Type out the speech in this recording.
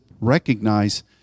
recognize